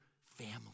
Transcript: family